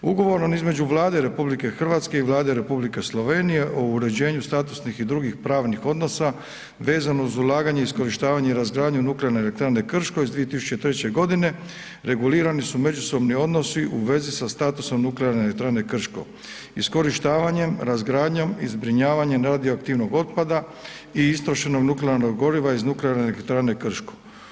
Ugovorom između Vlade RH i Vlade Republike Slovenije o uređenju statusnih i drugih pravnih odnosa vezano uz ulaganje, iskorištavanje i razgradnju Nuklearne elektrane Krško iz 2003. regulirani su međusobni odnosi u vezi sa statusom Nuklearne elektrane Krško, iskorištavanjem, razgradnjom i zbrinjavanjem radioaktivnog otpada i istrošenog nuklearnog goriva iz Nuklearne elektrane Krško.